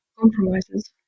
Compromises